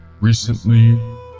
Recently